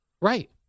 Right